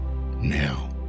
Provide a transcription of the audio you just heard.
now